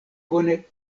bone